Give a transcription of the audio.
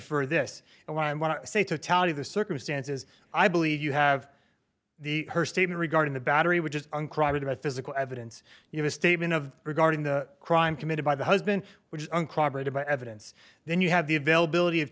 infer this and why and when i say totality of the circumstances i believe you have the her statement regarding the battery which is uncrowded about physical evidence you have a statement of regarding the crime committed by the husband which is uncorroborated by evidence then you have the availability of